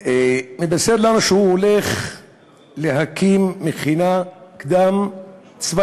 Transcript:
הוא מבשר לנו שהוא הולך להקים מכינה קדם-צבאית